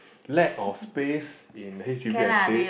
lack of space in H_D_B estate